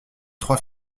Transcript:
trois